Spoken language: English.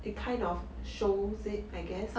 it kind of shows it I guess